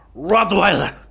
Rottweiler